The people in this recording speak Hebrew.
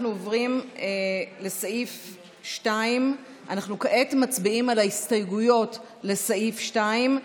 אנחנו עוברים לסעיף 2. אנחנו כעת מצביעים על ההסתייגויות לסעיף 2,